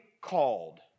called